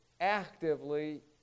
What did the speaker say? actively